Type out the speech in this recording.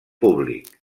públic